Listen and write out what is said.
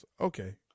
Okay